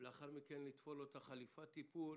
ולאחר מכן לתפור לו את חליפת הטיפול